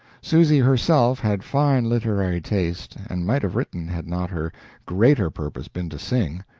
susy herself had fine literary taste, and might have written had not her greater purpose been to sing.